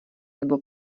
nebo